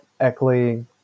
Eckley